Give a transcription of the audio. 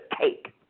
take